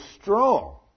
strong